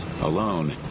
alone